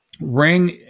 Ring